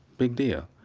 big deal.